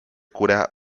cura